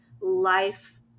life